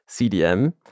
CDM